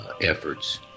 efforts